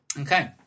Okay